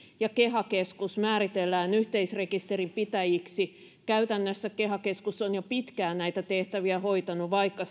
ja keha keskus määritellään yhteisrekisterinpitäjiksi käytännössä keha keskus on jo pitkään näitä tehtäviä hoitanut vaikka